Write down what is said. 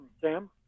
Sam